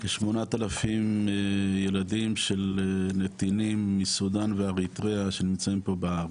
יש כ-8,000 ילדים של נתינים מסודן ואריתריאה שנמצאים פה בארץ.